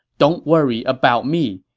don't worry about me.